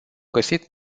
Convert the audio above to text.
găsit